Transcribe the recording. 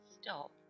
stop